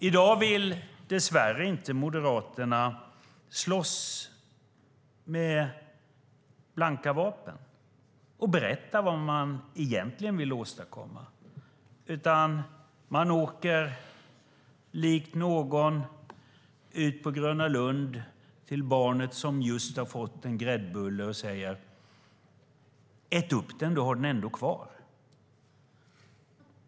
I dag vill Moderaterna dess värre inte slåss med blanka vapen och berätta vad de egentligen vill åstadkomma. Likt någon som är på Gröna Lund säger de till barnet som just har fått en gräddbulle: Ät upp den! Du har den ändå kvar.